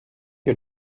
que